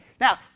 now